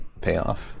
Payoff